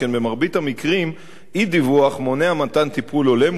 שכן במרבית המקרים אי-דיווח מונע מתן טיפול הולם,